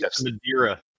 Madeira